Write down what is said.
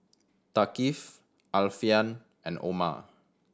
Thaqif Alfian and Omar